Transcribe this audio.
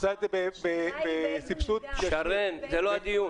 היא עושה את זה בסבסוד טכני --- השאלה היא באיזו מידה.